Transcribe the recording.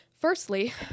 firstly